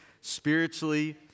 spiritually